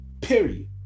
Period